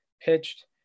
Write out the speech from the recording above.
pitched